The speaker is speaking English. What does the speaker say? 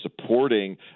supporting